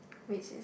which is